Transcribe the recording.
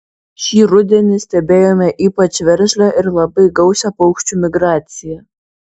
šį rudenį stebėjome ypač veržlią ir labai gausią paukščių migraciją